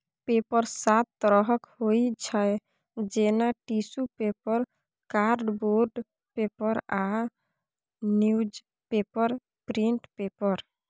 paper सात तरहक होइ छै जेना टिसु पेपर, कार्डबोर्ड पेपर आ न्युजपेपर प्रिंट पेपर